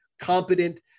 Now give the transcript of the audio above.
competent